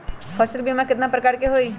फसल बीमा कतना प्रकार के हई?